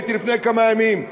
שבו הייתי לפני כמה ימים,